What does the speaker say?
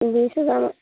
বিশ হেজাৰমান